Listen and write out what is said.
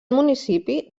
municipi